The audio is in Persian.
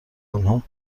آنها